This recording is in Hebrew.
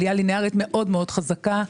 עלייה לינארית חזקה מאוד.